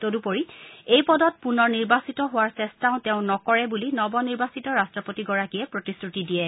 তদুপৰি এই পদত পুনৰ নিৰ্বাচিত হোৱাৰ চেষ্টাও তেওঁ নকৰে বুলি নৱনিৰ্বাচিত ৰাষ্ট্ৰপতিয়ে গৰাকীয়ে প্ৰতিশ্ৰুতি দিয়ে